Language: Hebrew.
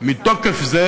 מתוקף זה